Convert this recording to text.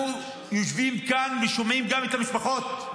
אנחנו יושבים כאן ושומעים גם את המשפחות,